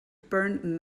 burn